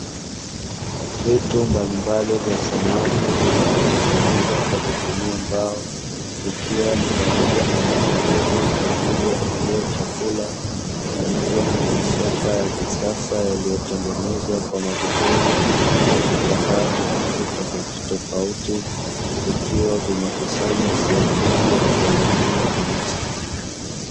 Vitu mbalimbali vya samani vilivyotengenezwa kwa kutumia mbao, ikiwa ni pamoja na meza ndogo kwa ajili ya kulia chakula, pamoja na masofa ya kisasa yaliyotengenezwa kwa magodoro na vitambaa vya rangi tofautitofauti; vikiwa vimekusanywa sehemu moja kwa ajili ya mauzo.